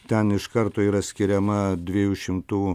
ten iš karto yra skiriama dviejų šimtų